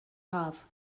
haf